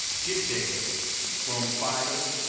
get data from file,